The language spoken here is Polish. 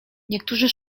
niektórzy